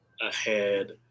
ahead